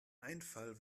einfall